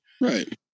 right